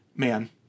Man